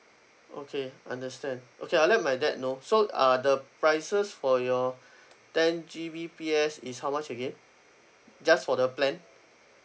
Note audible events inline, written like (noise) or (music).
okay understand okay I'll let my dad know so uh the prices for your (breath) ten G_B_P_S is how much again just for the plan